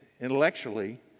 intellectually